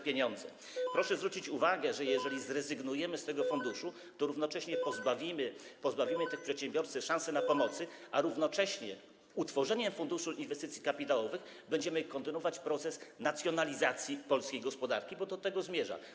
Proszę zwrócić uwagę, że jeżeli zrezygnujemy z tego funduszu, to równocześnie pozbawimy przedsiębiorców szansy na pomoc, a równocześnie przez utworzenie Funduszu Inwestycji Kapitałowych będziemy kontynuować proces nacjonalizacji polskiej gospodarki, bo do tego to zmierza.